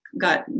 got